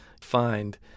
find